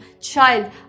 child